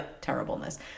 terribleness